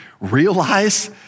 realize